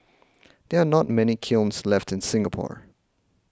there are not many kilns left in Singapore